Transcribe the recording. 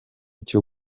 cyo